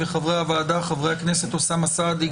וחברי הוועדה: חברי הכנסת אוסאמה סעדי,